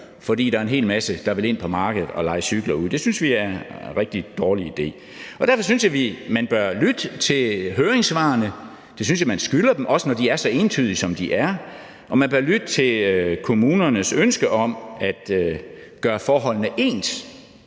fordi der er en hel masse, der vil ind på markedet og leje cykler ud. Det synes vi er en rigtig dårlig idé. Derfor synes vi, man bør lytte til høringssvarene – det synes jeg man skylder dem, også når de er så entydige, som de er – og at man bør lytte til kommunernes ønske om at gøre forholdene ens